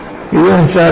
ഇത് നിസ്സാരമല്ല